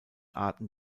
arten